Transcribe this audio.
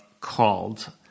called